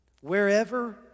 Wherever